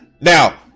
Now